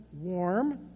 warm